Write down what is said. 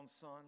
son